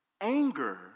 Anger